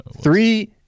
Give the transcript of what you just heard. Three